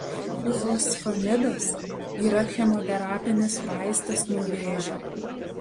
ifosfamidas yra chemoterapinis vaistas nuo vėžio